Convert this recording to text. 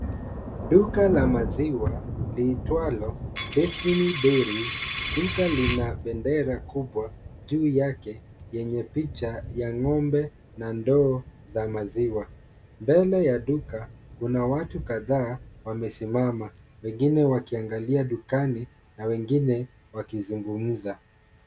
Duka la maziwa liitwalo Destiny Dairies. Duka lina bendera kubwa juu yake, yenye picha ya ng'ombe na ndoo za maziwa. Mbele ya duka kuna watu kadhaa wamesimama wengine wakiangalia dukani na wengine wakizungumza.